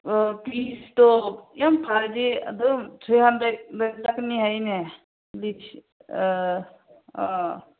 ꯄꯤꯁꯇꯣ ꯌꯥꯝ ꯐꯔꯗꯤ ꯑꯗꯨꯝ ꯊ꯭ꯔꯤ ꯍꯟꯗ꯭ꯔꯦꯠꯇ ꯆꯠꯀꯅꯤ ꯍꯥꯏꯅꯦ